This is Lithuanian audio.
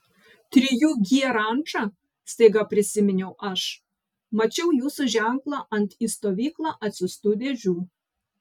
trijų g ranča staiga prisiminiau aš mačiau jūsų ženklą ant į stovyklą atsiųstų dėžių